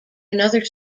another